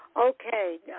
Okay